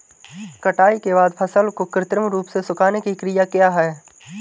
कटाई के बाद फसल को कृत्रिम रूप से सुखाने की क्रिया क्या है?